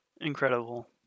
incredible